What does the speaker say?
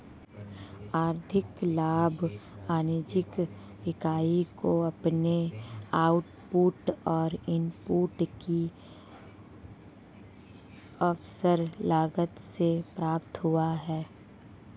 आर्थिक लाभ वाणिज्यिक इकाई को अपने आउटपुट और इनपुट की अवसर लागत से प्राप्त हुआ है